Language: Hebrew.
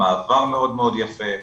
המעבר מאוד מאוד יפה,